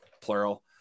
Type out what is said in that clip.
plural